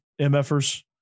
MFers